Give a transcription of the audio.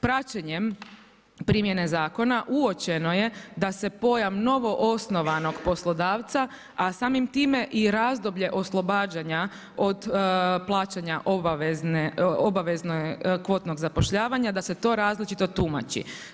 Praćenjem primjene zakona uočeno je da se pojam novoosnovanog poslodavca a samim time i razdoblje oslobađanja od plaćanja obavezne, kvotnog zapošljavanja da se to različito tumači.